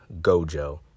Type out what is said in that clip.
Gojo